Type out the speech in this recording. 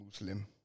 Muslim